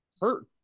hurt